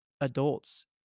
adults